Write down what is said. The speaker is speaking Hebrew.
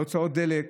להוצאות דלק,